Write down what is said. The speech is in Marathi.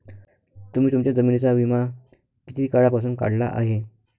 तुम्ही तुमच्या जमिनींचा विमा किती काळापासून काढला आहे?